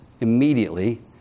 immediately